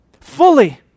Fully